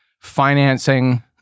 financing